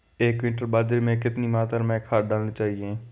एक क्विंटल बाजरे में कितनी मात्रा में खाद डालनी चाहिए?